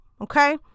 okay